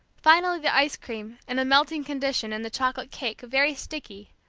finally the ice cream, in a melting condition, and the chocolate cake, very sticky,